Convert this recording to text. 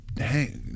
Hey